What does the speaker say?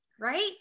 right